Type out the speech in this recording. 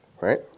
Right